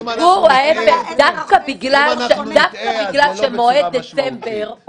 אם נטעה אז זה לא בצורה משמעותית.